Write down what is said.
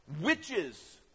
Witches